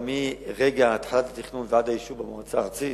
מרגע התחלת התכנון ועד האישור במועצה הארצית.